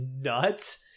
nuts